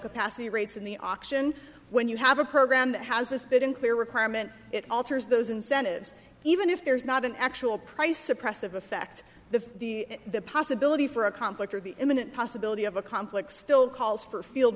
capacity rates in the auction when you have a program that has this bit in clear requirement it alters those incentives even if there's not an actual price suppressive effect the the the possibility for a conflict or the imminent possibility of a conflict still calls for field